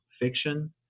fiction